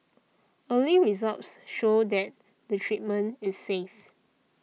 early results show that the treatment is safe